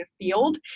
field